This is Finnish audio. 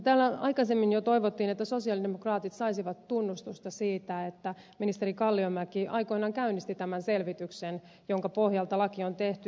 täällä aikaisemmin jo toivottiin että sosialidemokraatit saisivat tunnustusta siitä että ministeri kalliomäki aikoinaan käynnisti tämän selvityksen jonka pohjalta laki on tehty